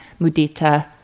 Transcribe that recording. Mudita